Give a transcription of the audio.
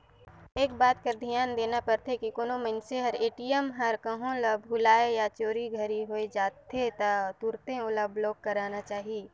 एक बात कर धियान देना परथे की कोनो मइनसे हर ए.टी.एम हर कहों ल भूलाए या चोरी घरी होए जाथे त तुरते ओला ब्लॉक कराना चाही